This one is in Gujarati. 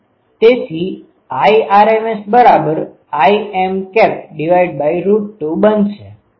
તેથી IrmsIm 2 બનશે